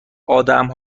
آدم